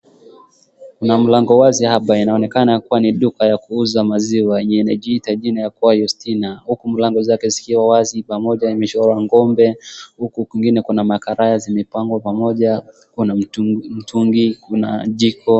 Kuna mlango wazi hapa inaonekana kuwa ni duka ya kuuza maziwa yenye imejiita jina ya Yustina. Huku mlango zake zikiwa wazi pamoja imechorwa ng'ombe, huku kwingine kuna makarai zimepangwa pamoja, kuna mtungi, kuna jiko.